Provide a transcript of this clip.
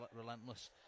relentless